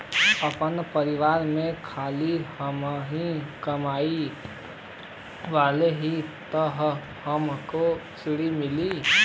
आपन परिवार में खाली हमहीं कमाये वाला हई तह हमके ऋण मिली?